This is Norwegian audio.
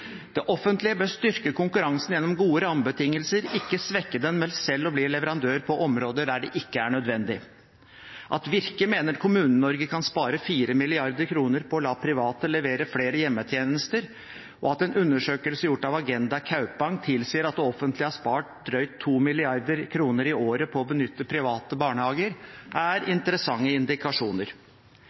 Det offentlige bør styrke konkurransen gjennom gode rammebetingelser, ikke svekke den ved selv å bli leverandør på områder der det ikke er nødvendig. At Virke mener Kommune-Norge kan spare 4 mrd. kr på å la private levere flere hjemmetjenester, og at en undersøkelse gjort av Agenda Kaupang tilsier at det offentlige har spart drøyt 2 mrd. kr i året på å benytte private barnehager, er interessante indikasjoner.